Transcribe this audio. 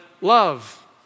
love